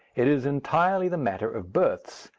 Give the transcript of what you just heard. it is entirely the matter of births,